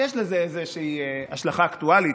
יש לזה איזושהי השלכה אקטואלית,